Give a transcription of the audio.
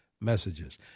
messages